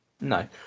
No